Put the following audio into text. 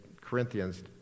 Corinthians